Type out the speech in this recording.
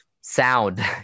sound